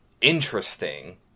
interesting